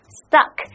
stuck